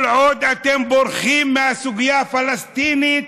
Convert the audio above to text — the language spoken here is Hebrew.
כל עוד אתם בורחים מהסוגיה הפלסטינית,